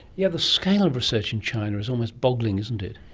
yeah the scale of research in china is almost boggling, isn't it.